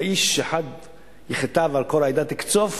האיש אחד יחטא ועל כל העדה תקצוף?